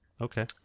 Okay